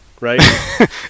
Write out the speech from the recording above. right